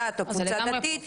דת או קבוצה פרטית.